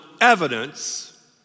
evidence